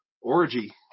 orgy